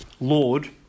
Lord